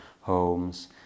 homes